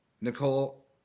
Nicole